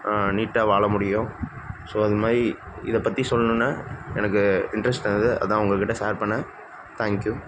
நீட்டாக வாழ முடியும் ஸோ அது மாதிரி இதை பற்றி சொல்லணுன்னு எனக்கு இண்ட்ரஸ்ட் இருந்தது அதுதான் உங்கள் கிட்டே ஷேர் பண்ணிணேன் தேங்க் யூ